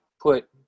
put